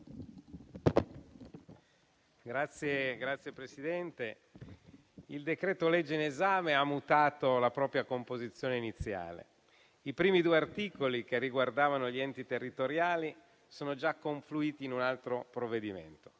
Signor Presidente, il decreto-legge in esame ha mutato la propria composizione iniziale: i primi due articoli, che riguardavano gli enti territoriali, sono già confluiti in un altro provvedimento